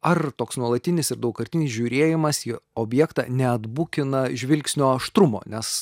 ar toks nuolatinis ir daugkartinis žiūrėjimas į objektą neatbukina žvilgsnio aštrumo nes